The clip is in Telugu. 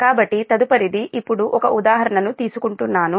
కాబట్టి తదుపరిది ఇప్పుడు ఒక ఉదాహరణను తీసుకుంటున్నాను